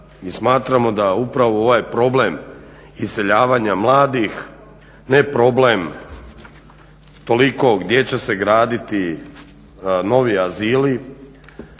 Mi smatramo da upravo ovaj problem iseljavanja mladih, ne problem tolikog gdje će se graditi novi azili